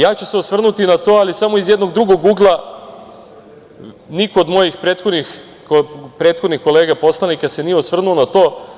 Ja ću se osvrnuti na to, ali samo iz jednog drugog ugla, niko od mojih prethodnih kolega poslanika se nije osvrnuo na to.